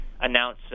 announce